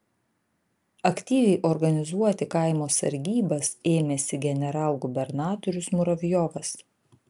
aktyviai organizuoti kaimo sargybas ėmėsi generalgubernatorius muravjovas